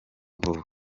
vuba